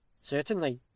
Certainly